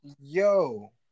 Yo